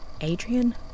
Adrian